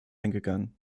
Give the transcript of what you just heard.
eingegangen